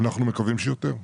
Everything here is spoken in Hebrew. אנחנו מקווים שכן.